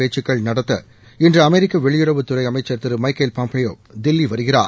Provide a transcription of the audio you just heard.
பேச்சுக்கள் நடத்த இன்று அமெரிக்க வெளியுறவுத்துறை அமைச்சா் திரு மைக்கேல் பாம்பேயோ தில்லி வருகிறார்